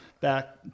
Back